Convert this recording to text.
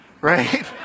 right